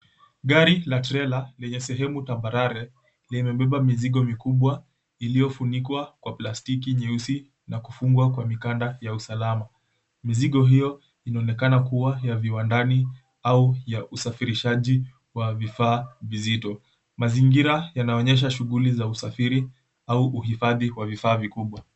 Gari la trela lenye sehemu tambarare limebeba mizigo mikubwa iliyofunikwa kwa plastiki nyeusi, na kufungwa kwa mikanda ya usalama. Mizigo hio inaonekana kua ya viwandani au ya usafirishaji wa vifaa vizito. Mazingira yanaonyesha shughi za usafiri au uhifadhi wa vifaa vikibwa.